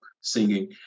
singing